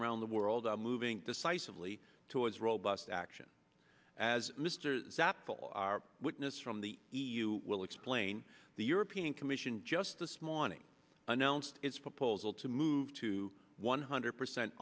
around the world are moving decisively towards robust action as mr zappa witness from the e u will explain the european commission just this morning announced its proposal to move to one hundred percent